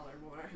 more